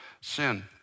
sin